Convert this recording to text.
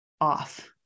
off